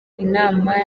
inama